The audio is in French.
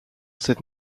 cette